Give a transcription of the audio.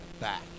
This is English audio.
back